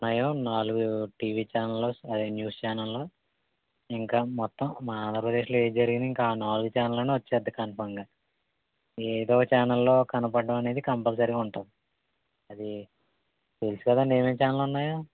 న్నాయో నాలుగు టీవీ ఛానల్లు అయి న్యూస్ ఛానల్లు ఇంకా మొత్తం మా ఆంద్రప్రదేశ్లో ఏది జరిగిన ఇంకా ఆ నాలుగు ఛానల్లోనే వచ్చేస్తుంది కన్ఫార్మ్గా ఏదో ఓ ఛానల్లో కనబడడం అనేది కంపల్సరీగా ఉంటాం అది తెలుసు కదా అండి ఏమేమి ఛానల్ ఉన్నాయో